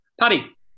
Paddy